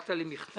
שלחת לי מכתב